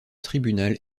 tribunal